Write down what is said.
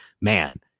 man